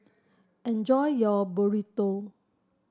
enjoy your Burrito